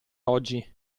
oggi